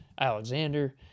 Alexander